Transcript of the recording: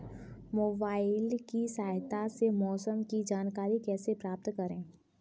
Mobile की सहायता से मौसम की जानकारी कैसे प्राप्त करें?